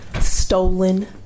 stolen